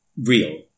real